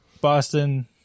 Boston